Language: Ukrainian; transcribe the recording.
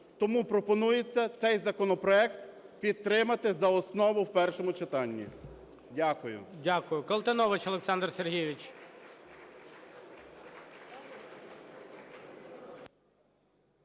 Тому пропонується цей законопроект підтримати за основу в першому читанні. Дякую.